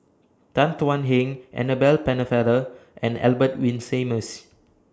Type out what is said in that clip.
Tan Thuan Heng Annabel Pennefather and Albert Winsemius